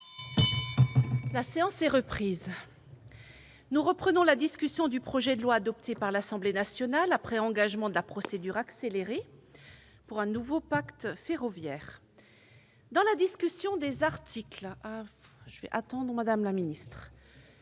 La séance est reprise. Nous poursuivons la discussion du projet de loi, adopté par l'Assemblée nationale après engagement de la procédure accélérée, pour un nouveau pacte ferroviaire. Dans la discussion du texte de la commission,